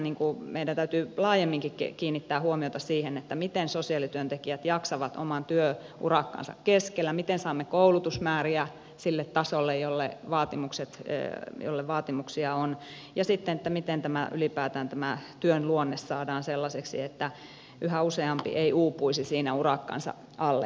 tietenkin meidän täytyy laajemminkin kiinnittää huomiota siihen miten sosiaalityöntekijät jaksavat oman työurakkansa keskellä miten saamme koulutusmääriä sille tasolle jolle vaatimuksia on ja sitten miten ylipäätään tämä työn luonne saadaan sellaiseksi että yhä useampi ei uupuisi siinä urakkansa alle